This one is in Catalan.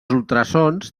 ultrasons